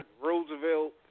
Roosevelt